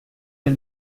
del